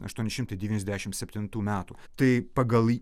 aštuoni šimtai devyniasdešim septintų metų tai pagal